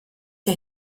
der